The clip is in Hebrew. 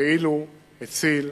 כאילו הציל